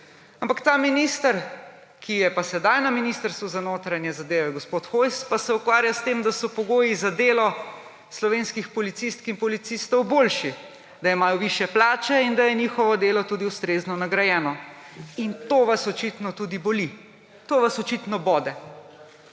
Ampak ta minister, ki je pa sedaj na Ministrstvu za notranje zadeve, gospod Hojs, pa se ukvarja s tem, da so pogoji za delo slovenskih policistk in policistov boljši, da imajo višje plače in da je njihovo delo tudi ustrezno nagrajeno. To vas očitno tudi boli. To vas očitno bode.